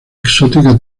exótica